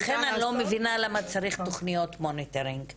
לכן אני לא מבינה למה צריך תוכניות מנטורינג למנהלת.